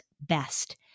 best